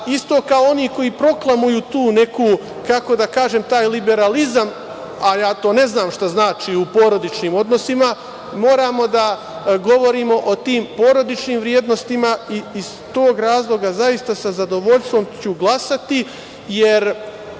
isto kao oni koji proklamuju tu neku, kako da kažem, taj liberalizam, a ja to ne znam šta znači u porodičnim odnosima, moramo da govorimo o tim porodičnim vrednostima. Iz tog razloga sa zadovoljstvom ću glasati, jer